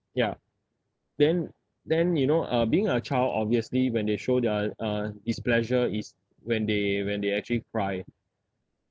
ya then then you know uh being a child obviously when they show their uh displeasure is when they when they actually cry